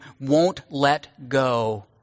won't-let-go